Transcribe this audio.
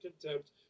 contempt